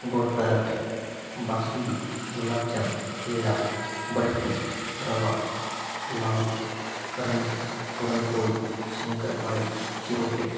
गोड पदार्थ बासुंदी गुलाबजाम पेढा बर्फी रवा लाडू करंजी पुरणपोळी शंकरपाळी चिरोटे